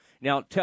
now